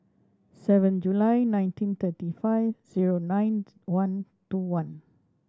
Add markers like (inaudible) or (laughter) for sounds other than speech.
seven July nineteen thirty five zero nine (unintelligible) one two one